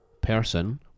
person